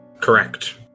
Correct